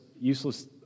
useless